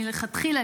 מלכתחילה,